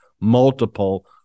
multiple